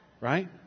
Right